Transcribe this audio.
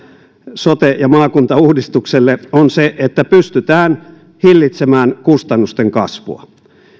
sote ja maakuntauudistukselle on se että pystytään hillitsemään kustannusten kasvua